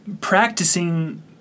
practicing